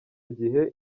gihe